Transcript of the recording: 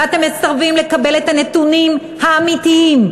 ואתם מסרבים לקבל את הנתונים האמיתיים,